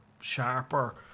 sharper